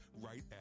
right